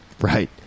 Right